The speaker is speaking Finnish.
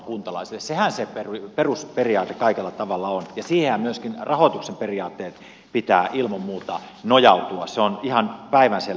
sehän se perusperiaate kaikella tavalla on ja siihenhän myöskin rahoituksen periaatteiden pitää ilman muuta nojautua se on ihan päivänselvä asia